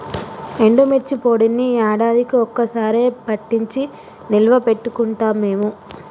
ఎండుమిర్చి పొడిని యాడాదికీ ఒక్క సారె పట్టించి నిల్వ పెట్టుకుంటాం మేము